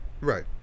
Right